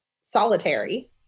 solitary